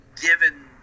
given